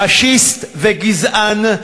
פאשיסט וגזען,